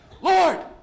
Lord